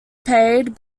paid